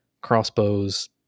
crossbows